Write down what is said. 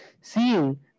Seeing